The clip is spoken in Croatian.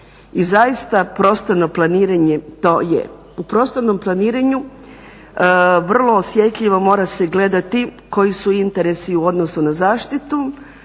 I zaista prostorno planiranje to je. U prostornom planiranju vrlo osjetljivo mora se gledati koji su interesi u odnosu na zaštitu,